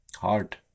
hard